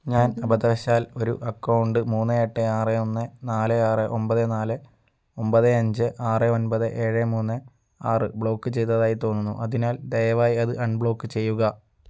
ഞാൻ അബദ്ധവശാൽ ഒരു അക്കൗണ്ട് മൂന്ന് എട്ട് ആറ് ഒന്ന് നാല് ആറ് ഒമ്പത് നാല് ഒമ്പത് അഞ്ച് ആറ് ഒമ്പത് ഏഴ് മൂണ്ണ് ആറ് ബ്ലോക്ക് ചെയ്തതായി തോന്നുന്നു അതിനാൽ ദയവായി അത് അൺബ്ലോക്ക് ചെയ്യുക